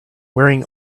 wearing